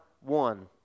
one